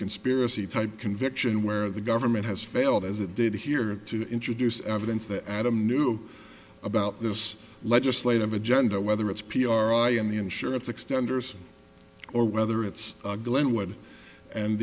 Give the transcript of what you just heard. conspiracy type conviction where the government has failed as it did here to introduce evidence that adam knew about this legislative agenda whether it's p r i in the insurance extenders or whether it's glenwood and